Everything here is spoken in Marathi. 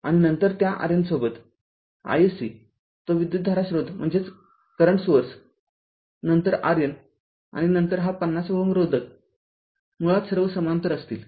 आणि नंतर त्या RN सोबत iSC तो विद्युतधारा स्रोत नंतर RN आणि नंतर हा ५० Ω रोधक मुळात सर्व समांतर असतील